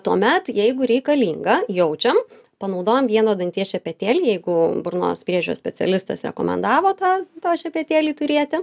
tuomet jeigu reikalinga jaučiam panaudojam vieno danties šepetėlį jeigu burnos priežiūros specialistas rekomendavo tą tą šepetėlį turėti